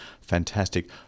fantastic